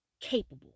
capable